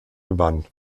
gewann